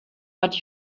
but